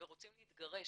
ורוצים להתגרש,